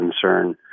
concern